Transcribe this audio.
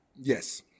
Yes